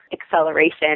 acceleration